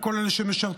לכל אלה שמשרתים,